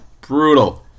Brutal